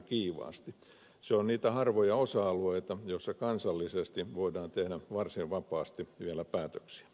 se on niitä harvoja osa alueita joissa kansallisesti voidaan tehdä varsin vapaasti vielä päätöksiä